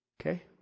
okay